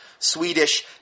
Swedish